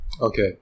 okay